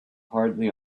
hardly